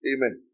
Amen